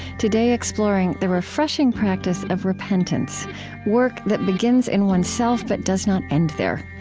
today exploring the refreshing practice of repentance work that begins in oneself but does not end there.